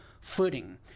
footing